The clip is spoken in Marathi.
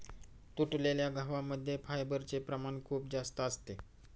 तुटलेल्या गव्हा मध्ये फायबरचे प्रमाण खूप जास्त असते